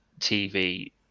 TV